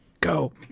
Go